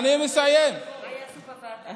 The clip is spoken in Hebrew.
מה יעשו בוועדה?